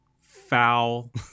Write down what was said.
Foul